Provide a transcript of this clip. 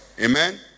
Amen